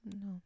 No